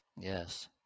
Yes